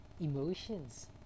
Emotions